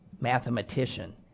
mathematician